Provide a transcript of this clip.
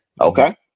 okay